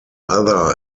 other